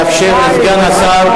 נא לאפשר לסגן השר,